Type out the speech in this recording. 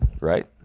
right